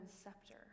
scepter